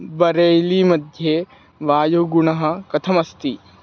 बरेली मध्ये वायुगुणः कथमस्ति